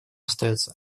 остается